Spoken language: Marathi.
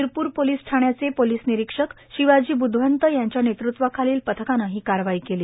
शिरपूर पोलिस ठाण्याचे पोलिस निरीक्षक शिवाजी ब्धवंत यांच्या नेतृत्वाखालील पथकाने ही कारवाई केली